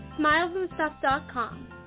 Smilesandstuff.com